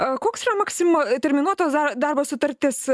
koks yra maksima terminuotos da darbo sutartis